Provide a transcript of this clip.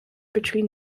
between